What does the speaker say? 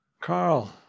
Carl